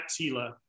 Tila